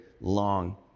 long